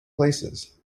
places